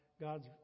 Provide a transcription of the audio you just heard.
God's